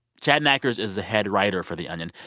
chad nackers is a head writer for the onion,